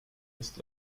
must